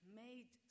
made